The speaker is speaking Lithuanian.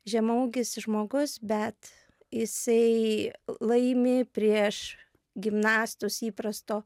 žemaūgis žmogus bet jisai laimi prieš gimnastus įprasto